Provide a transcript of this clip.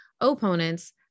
opponents